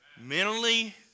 Mentally